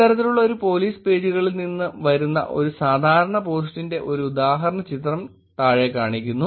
ഇത്തരത്തിലുള്ള പോലീസ് പേജുകളിൽ നിന്ന് വരുന്ന ഒരു സാധാരണ പോസ്റ്റിന്റെ ഒരു ഉദാഹരണ ചിത്രം താഴെ കാണിക്കുന്നു